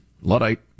Luddite